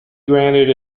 granted